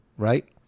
Right